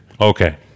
Okay